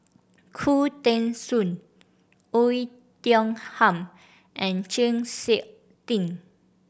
Khoo Teng Soon Oei Tiong Ham and Chng Seok Tin